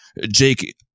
Jake